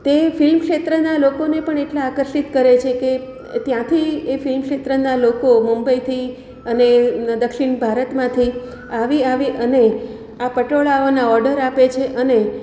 તે ફિલ્મ ક્ષેત્રનાં લોકોને પણ એટલા આકર્ષિત કરે છે કે ત્યાંથી એ ફિલ્મ ક્ષેત્રનાં લોકો મુંબઈથી અને દક્ષિણ ભારતમાંથી આવી આવી અને આ પટોળાઓના ઓડર આપે છે અને